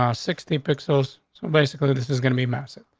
um sixty pixels. basically, this is gonna be massive.